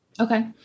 Okay